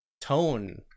tone